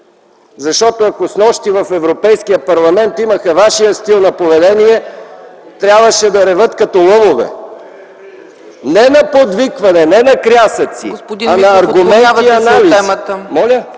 защото, ако снощи в Европейския парламент имаха вашия стил на поведение, трябваше да реват като лъвове. (Шум и реплики от ГЕРБ.) Не на подвикване, не на крясъци, а на аргументи и анализи.